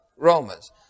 Romans